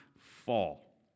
fall